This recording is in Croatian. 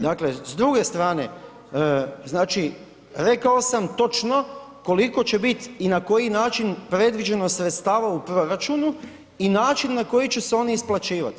Dakle, s druge strane znači rekao sam točno koliko će biti i na koji način predviđeno sredstava u proračunu i način na koji će se oni isplaćivati.